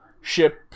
ship